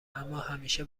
اماهمیشه